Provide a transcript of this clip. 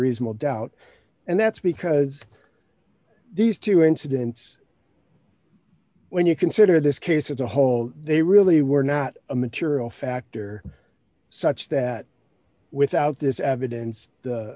reasonable doubt and that's because these two incidents when you consider this case as a whole they really were not a material factor such that without this evidence